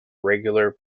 regular